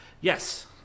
Yes